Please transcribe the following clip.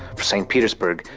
for st. petersburg,